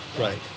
Right